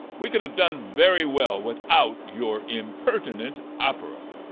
we could have done very well without your impertinent opera.